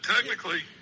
Technically